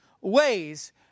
ways